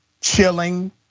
chilling